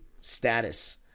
status